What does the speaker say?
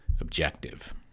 objective